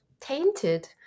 tainted